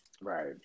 Right